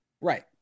Right